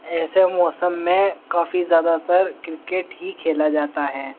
ایسے موسم میں کافی زیادہ تر کرکٹ ہی کھیلا جاتا ہے